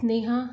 Sneha